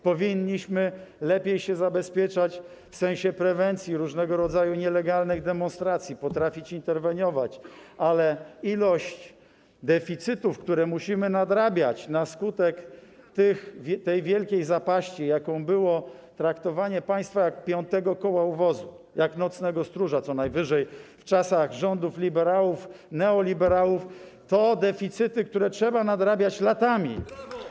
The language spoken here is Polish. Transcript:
Powinniśmy lepiej się zabezpieczać w sensie prewencji, jeśli chodzi o różnego rodzaju nielegalne demonstracje, potrafić interweniować, ale deficyty, które musimy nadrabiać na skutek tej wielkiej zapaści, jaką było traktowanie państwa jak piątego koła u wozu, jak nocnego stróża co najwyżej w czasach rządów liberałów, neoliberałów, to deficyty, które trzeba nadrabiać latami.